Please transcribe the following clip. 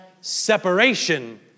separation